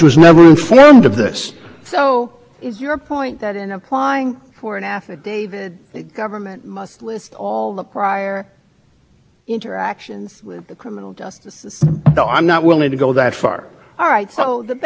interactions of criminal justice no i'm not willing to go that far all right so the best i'm just trying to understand the argument the best would be that if you had some reason to think you need investigating detective